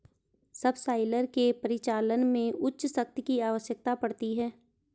subsoiler के परिचालन में उच्च शक्ति की आवश्यकता पड़ती है